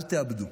אל תאבדו.